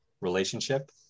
relationship